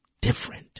different